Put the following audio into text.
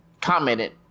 commented